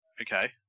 Okay